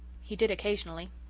he did occasionally.